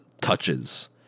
touches